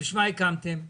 אם כן, לשם מה הקמתם צוות?